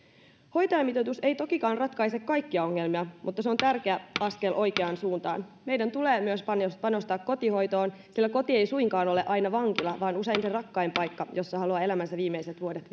hoitajamitoitus ei tokikaan ratkaise kaikkia ongelmia mutta se on tärkeä askel oikeaan suuntaan meidän tulee panostaa myös kotihoitoon sillä koti ei suinkaan ole aina vankila vaan usein se rakkain paikka jossa haluaa elämänsä viimeiset vuodet